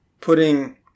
putting